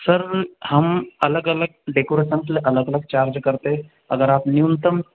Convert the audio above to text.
sir हम अलग अलग डेकोरेशन अलग अलग चार्ज करते अगर आप न्यूनतम